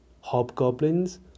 hobgoblins